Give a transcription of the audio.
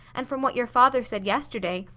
and from what your father said yesterday,